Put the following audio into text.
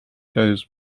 goes